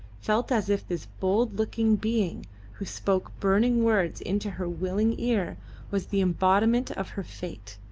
felt as if this bold-looking being who spoke burning words into her willing ear was the embodiment of her fate,